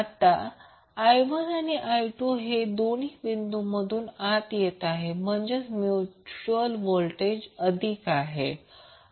आता i1आणि i2 हे दोन्ही बिंदूमधून आत येत आहेत म्हणजेच म्युच्युअल व्होल्टेज अधिक आहे